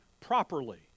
properly